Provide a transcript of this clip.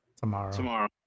Tomorrow